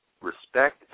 respect